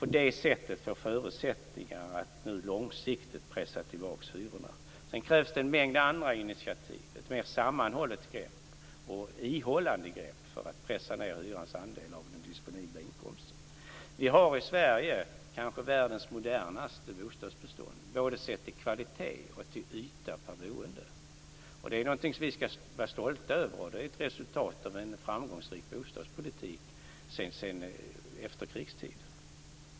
På det sättet får vi förutsättningar att långsiktigt pressa tillbaka hyrorna. Sedan krävs det en mängd andra initiativ, ett mer sammanhållet och ihållande grepp för att pressa ned hyrans andel av den disponibla inkomsten. Vi har i Sverige kanske världens modernaste bostadsbestånd, både sett till kvalitet och till yta per boende. Det är någonting som vi skall vara stolta över, och det är ett resultat av en framgångsrik bostadspolitik sedan efterkrigstiden.